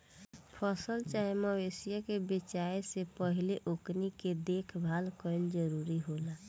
फसल चाहे मवेशियन के बेचाये से पहिले ओकनी के देखभाल कईल जरूरी होला